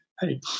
Hey